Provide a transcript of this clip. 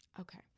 okay